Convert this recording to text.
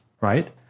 right